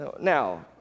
Now